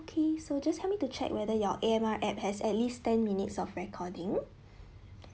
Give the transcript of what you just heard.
okay so just help me to check whether your A M R app has at least ten minutes of recording